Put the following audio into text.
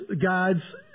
God's